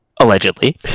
allegedly